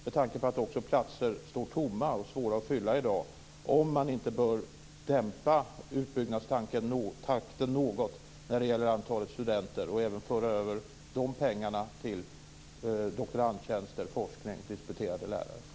Med tanke på att platser står tomma och är svåra att fylla i dag måste frågan ställas om man inte bör dämpa utbyggnadstakten något när det gäller antalet studenter och i stället föra över dessa pengar till doktorandtjänster, forskning och disputerade lärare.